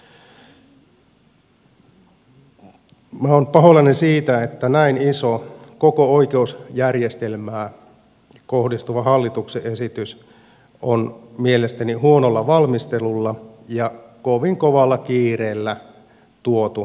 minä olen pahoillani siitä että näin iso koko oikeusjärjestelmään kohdistuva hallituksen esitys on mielestäni huonolla valmistelulla ja kovin kovalla kiireellä tuotu eduskunnan käsittelyyn